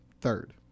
third